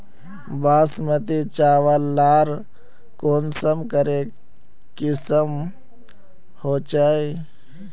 बासमती चावल लार कुंसम करे किसम होचए?